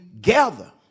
gather